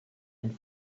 and